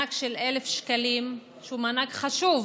מענק של 1,000 שקלים, שהוא מענק חשוב